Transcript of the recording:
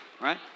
right